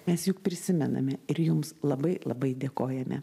mes juk prisimename ir jums labai labai dėkojame